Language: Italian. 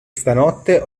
stanotte